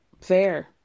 Fair